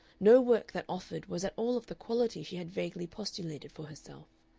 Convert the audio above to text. no work that offered was at all of the quality she had vaguely postulated for herself.